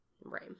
Right